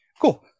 Cool